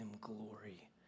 glory